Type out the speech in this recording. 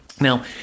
Now